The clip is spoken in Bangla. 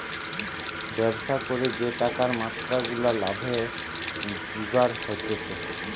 ব্যবসা করে যে টাকার মাত্রা গুলা লাভে জুগার হতিছে